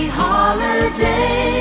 holiday